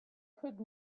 could